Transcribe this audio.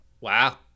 Wow